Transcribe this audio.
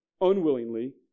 unwillingly